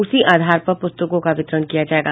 उसी आधार पर पुस्तकों का वितरण किया जायेगा